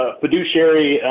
fiduciary